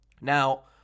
Now